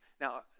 Now